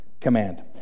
command